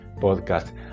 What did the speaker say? podcast